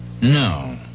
No